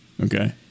Okay